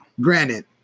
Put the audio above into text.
granted